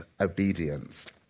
obedience